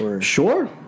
Sure